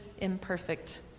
imperfect